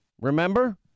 Remember